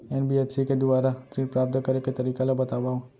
NBFC के दुवारा ऋण प्राप्त करे के तरीका ल बतावव?